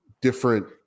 different